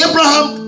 Abraham